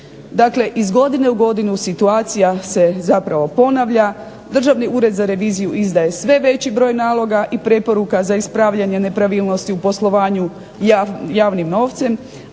dakle iz godine u godinu situacija se zapravo ponavlja, Državni ured za reviziju izdaje sve veći broj naloga i preporuka za ispravljanje nepravilnosti u poslovanju javnim novcem